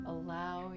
Allow